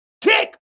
kick